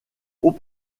haut